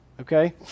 okay